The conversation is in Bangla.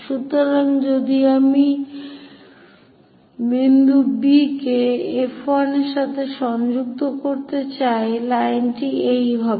সুতরাং যদি আমি বিন্দু B কে F1 এর সাথে সংযুক্ত করতে যাই লাইনটি এই হবে